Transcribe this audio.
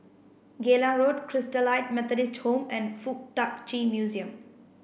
Geylang Road Christalite Methodist Home and Fuk Tak Chi Museum